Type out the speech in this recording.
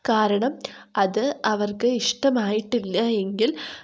കാരണം അത് അവർക്ക് ഇഷ്ടമായിട്ടില്ലായെങ്കിൽ